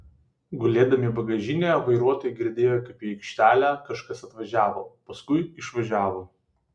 gulėdami bagažinėje vairuotojai girdėjo kaip į aikštelę kažkas atvažiavo paskui išvažiavo